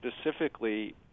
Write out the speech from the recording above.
specifically